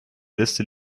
liste